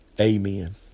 Amen